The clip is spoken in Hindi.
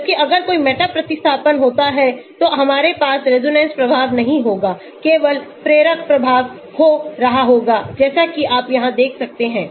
जबकि अगर कोई मेटा प्रतिस्थापन होता है तो हमारे पास रेजोनेंस प्रभाव नहीं होगा केवल प्रेरक प्रभाव हो रहा होगा जैसा कि आप यहां देख सकते हैं